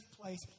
place